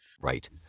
right